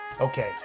Okay